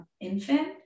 infant